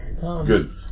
good